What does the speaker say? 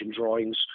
drawings